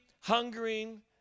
hungering